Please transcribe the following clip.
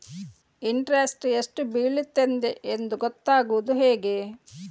Interest ಎಷ್ಟು ಬೀಳ್ತದೆಯೆಂದು ಗೊತ್ತಾಗೂದು ಹೇಗೆ?